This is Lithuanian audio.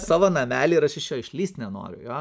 savo namelį ir aš iš jo išlįst nenoriu jo